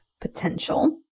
potential